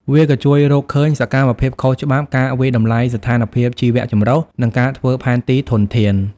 វាក៏ជួយរកឃើញសកម្មភាពខុសច្បាប់ ការវាយតម្លៃស្ថានភាពជីវៈចម្រុះ និងការធ្វើផែនទីធនធាន។